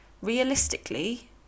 Realistically